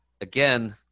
again